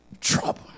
trouble